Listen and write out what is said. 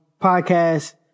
podcast